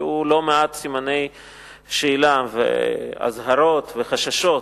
היו לא מעט סימני שאלה ואזהרות וחששות